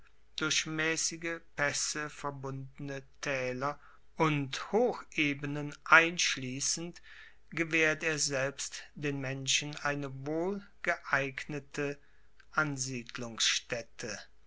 durch maessige paesse verbundene taeler und hochebenen einschliessend gewaehrt er selbst den menschen eine wohl geeignete ansiedelungsstaette